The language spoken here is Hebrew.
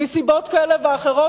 מסיבות כאלה ואחרות,